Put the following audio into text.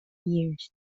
years